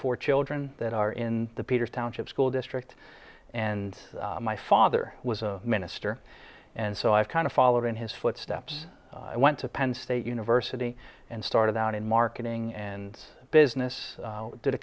four children that are in the peter township school district and my father was a minister and so i've kind of followed in his footsteps and went to penn state university and started out in marketing and business did a